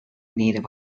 native